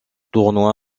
tournois